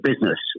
business